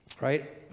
right